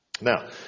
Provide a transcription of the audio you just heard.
Now